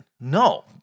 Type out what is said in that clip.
No